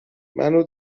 منو